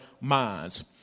minds